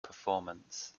performance